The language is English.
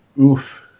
Oof